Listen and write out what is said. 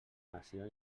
nació